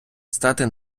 стати